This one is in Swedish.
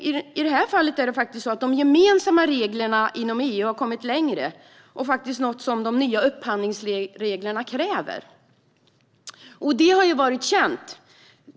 I det här fallet är det faktiskt så att de gemensamma reglerna inom EU har kommit längre och är något som de nya upphandlingsreglerna i EU kräver. Detta har varit känt.